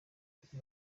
ako